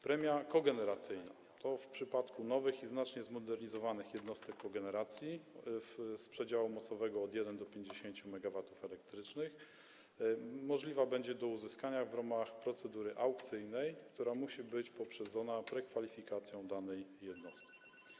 Premia kogeneracyjna w przypadku nowych i znacznie zmodernizowanych jednostek kogeneracji z przedziału mocowego od 1 do 50 MWe możliwa będzie do uzyskania w ramach procedury aukcyjnej, która musi być poprzedzona prekwalifikacją danej jednostki.